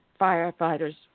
firefighters